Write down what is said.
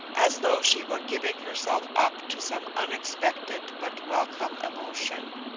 as though she were giving herself up to some unexpected but welcome emotion.